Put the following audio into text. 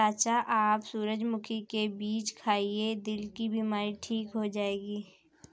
चाचा आप सूरजमुखी के बीज खाइए, दिल की बीमारी ठीक हो जाएगी